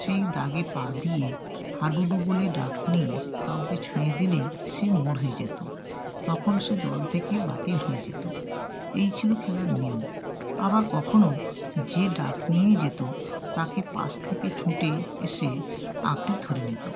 সেই দাগে পা দিয়ে হাডুডু বলে ডাক নিয়ে কাউকে ছুঁয়ে দিলেই সে মোর হয়ে যেতো তখন সে দল থেকে বাতিল হয়ে যেতো এই ছিলো খেলার নিয়ম আবার কখনো যে ডাক নিয়ে যেতো তাকে পাশ থেকে ছুটে এসে আঁকড়ে ধরে নিতো